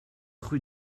rue